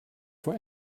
for